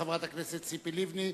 חברת הכנסת ציפי לבני.